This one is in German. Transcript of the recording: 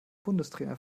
bundestrainer